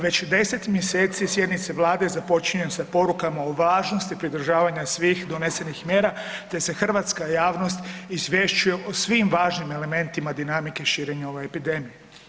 Već 10 mjeseci sjednice Vlade započinju sa porukama o važnosti pridržavanja svih donesenih mjera te se hrvatska javnost izvješćuje o svim važnim elementima dinamike širenja ove epidemije.